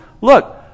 look